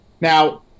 now